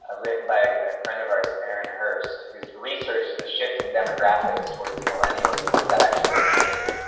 ah written by a friend of ours, aaron hurst. he's researched the shifting demographics towards millennials and what does that actually mean.